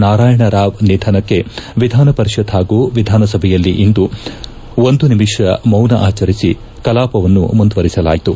ನಾರಾಯಣರಾವ್ ನಿಧನಕ್ಕೆ ವಿಧಾನಪರಿಷತ್ ಪಾಗೂ ವಿಧಾನಸಭೆಯಲ್ಲಿಂದು ಒಂದು ನಿಮಿಷ ಮೌನ ಆಚರಿಸಿ ಕಲಾಪವನ್ನು ಮುಂದುವರಿಸಲಾಯಿತು